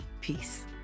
Peace